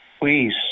Please